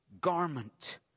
garment